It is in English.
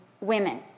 women